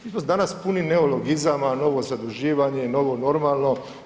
Mi smo danas puni neologizama, novo zaduživanje, novo normalno.